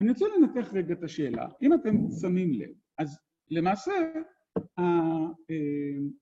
אני רוצה לנתח רגע את השאלה, אם אתם שמים לב, אז למעשה